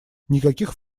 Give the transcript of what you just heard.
никаких